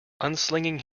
unslinging